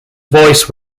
voice